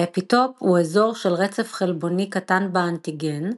האפיטופ הוא אזור של רצף חלבוני קטן באנטיגן,